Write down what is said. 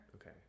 okay